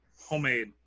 homemade